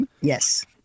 Yes